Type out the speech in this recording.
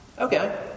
Okay